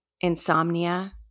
insomnia